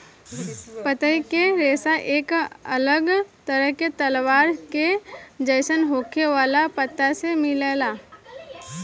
पतई के रेशा एक अलग तरह के तलवार के जइसन होखे वाला पत्ता से मिलेला